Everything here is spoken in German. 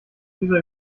dieser